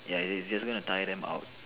ya it is just gonna tire them out